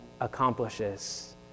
accomplishes